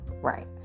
Right